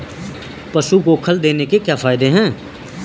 पशु को खल देने से क्या फायदे हैं?